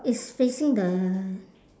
it's facing the